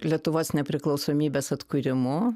lietuvos nepriklausomybės atkūrimu